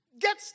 get